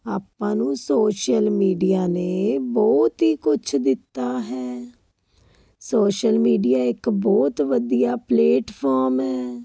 ਆਪਾਂ ਨੂੰ social media ਨੇ ਬਹੁਤ ਹੀ ਕੁਛ ਦਿੱਤਾ ਹੈ ਸੋਸ਼ਲ ਮੀਡੀਆ ਇੱਕ ਬਹੁਤ ਵਧੀਆ ਪਲੇਟਫਾਰਮ ਹੈ